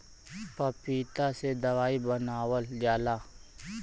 पपीता से दवाई बनावल जाला